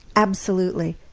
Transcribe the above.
absolutely.